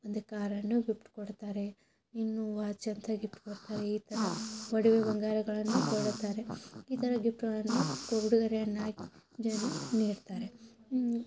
ಒಂದು ಕಾರನ್ನು ಗಿಪ್ಟ್ ಕೊಡ್ತಾರೆ ಇನ್ನು ವಾಚ್ ಅಂತ ಗಿಪ್ಟ್ ಕೊಡ್ತಾರೆ ಈ ಥರ ಒಡವೆ ಬಂಗಾರಗಳನ್ನು ಕೊಡುತ್ತಾರೆ ಈ ಥರ ಗಿಫ್ಟ್ಗಳನ್ನು ಉಡುಗೊರೆಯನ್ನಾಗಿ ಜನರು ನೀಡ್ತಾರೆ